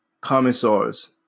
commissars